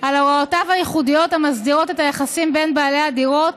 על הוראותיו הייחודיות המסדירות את היחסים בין בעלי הדירות,